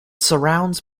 surrounds